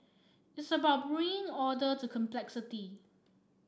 it's about bringing order to complexity